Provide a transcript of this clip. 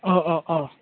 अ अ अ